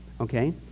Okay